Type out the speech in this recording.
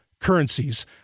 currencies